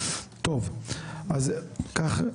טוב, אז ככה.